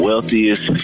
Wealthiest